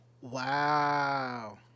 Wow